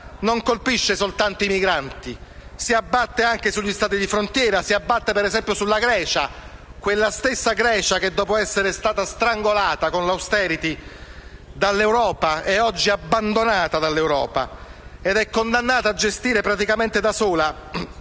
non colpisce soltanto i migranti, ma si abbatte anche sugli Stati di frontiera, ad esempio sulla Grecia, la stessa che, dopo essere stata strangolata con l'*austerity* dall'Europa, è oggi abbandonata dall'Europa ed è condannata a gestire praticamente da sola